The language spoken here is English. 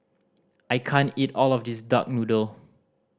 I can't eat all of this duck noodle